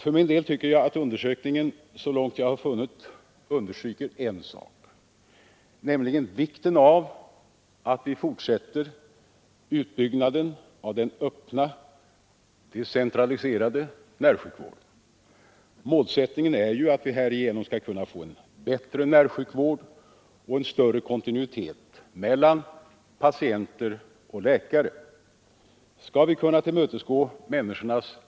För min del tycker jag att undersökningen understryker vikten av att vi fortsätter utbyggnaden av den öppna, decentraliserade sjukvården. Målsättningen är ju att vi Nr 90 härigenom skall kunna få en bättre närsjukvård och en större kontinuitet mellan patienter och läkare. Skall vi kunna tillmötesgå människornas Måndage!